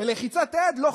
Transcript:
בלחיצת יד לא,